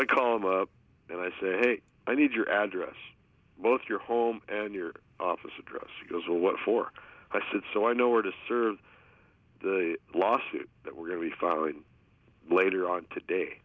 i call him up and i say i need your address both your home and your office address as well what for i said so i know where to serve the lawsuit that we're going to be filing later on today